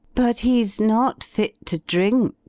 but he s not fit to drink.